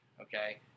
okay